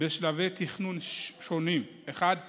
בשלבי תכנון שונים: טייבה,